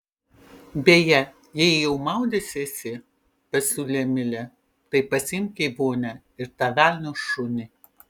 beje jei jau maudysiesi pasiūlė milė tai pasiimk į vonią ir tą velnio šunį